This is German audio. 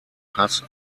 hass